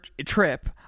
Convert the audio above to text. trip